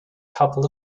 couple